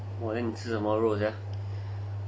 !wah! then 你吃什么肉 ah sia